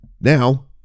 now